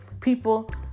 people